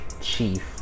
Chief